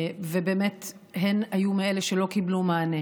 ובאמת הן היו מאלה שלא קיבלו מענה.